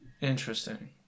Interesting